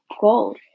gold